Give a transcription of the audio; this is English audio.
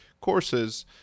courses